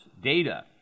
data